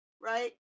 Right